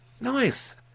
nice